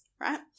right